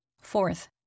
Fourth